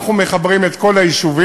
אנחנו מחברים את כל היישובים,